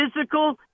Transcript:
physical